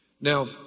Now